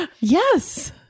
Yes